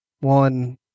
One